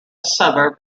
suburb